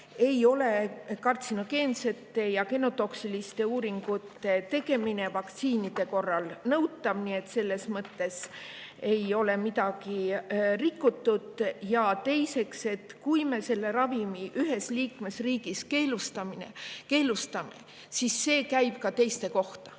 ei ole kartsinogeensete ja genotoksiliste uuringute tegemine vaktsiinide puhul nõutav, nii et selles mõttes ei ole midagi rikutud. Ja teiseks, kui me selle ravimi ühes liikmesriigis keelustame, siis see käib ka teiste kohta.